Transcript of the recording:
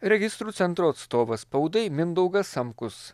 registrų centro atstovas spaudai mindaugas samkus